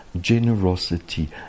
generosity